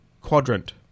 quadrant